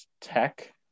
tech